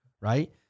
right